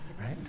right